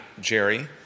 Jerry